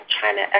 China